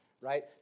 right